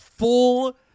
Full